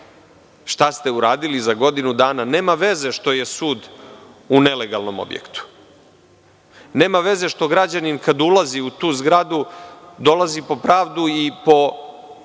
šta ste uradili za godinu dana, nema veze što je sud u nelegalnom objektu. Nema veze što građanin kada ulazi u tu zgradu dolazi po pravdu i po